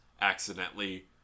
accidentally